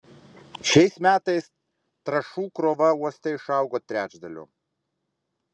šiais metais trąšų krova uoste išaugo trečdaliu